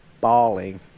bawling